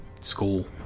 school